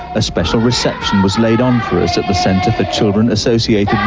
a special reception was laid on for us at the centre for children associated yeah